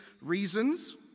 reasons